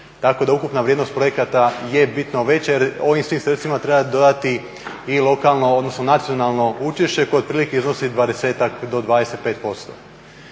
tako da ukupna vrijednost projekata je bitno veća, jer ovim svim sredstvima treba dodati i lokalno, odnosno nacionalno učešće koje otprilike iznosi dvadesetak